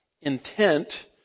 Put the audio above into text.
intent